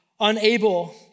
unable